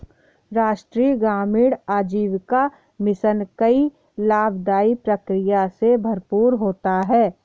राष्ट्रीय ग्रामीण आजीविका मिशन कई लाभदाई प्रक्रिया से भरपूर होता है